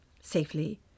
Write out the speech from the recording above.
safely